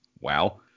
Wow